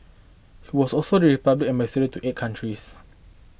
he was also the Republic ambassador to eight countries